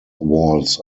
walls